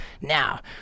Now